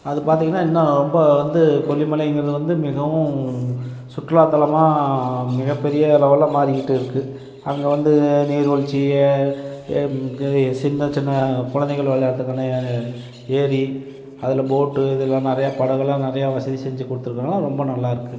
அது பார்த்தீங்கன்னா இன்னும் ரொம்ப வந்து கொல்லிமலைங்கிறது வந்து மிகவும் சுற்றுலாத்தலமாக மிகப்பெரிய லெவலில் மாறிக்கிட்டு இருக்குது அங்கே வந்து நீர்வீழ்ச்சி ஏ சின்ன சின்ன குழந்தைங்கள் விளையாடுறதுக்கான ஏரி அதில் போட்டு இதலாம் நிறையா படகெல்லாம் நிறையா வசதி செஞ்சு கொடுத்துருக்கறனால ரொம்ப நல்லா இருக்குது